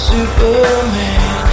Superman